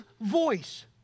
voice